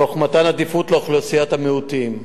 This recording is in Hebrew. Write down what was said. במתן עדיפות לאוכלוסיית המיעוטים.